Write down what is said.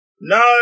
No